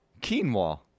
Quinoa